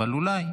אבל אולי,